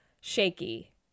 shaky